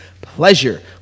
pleasure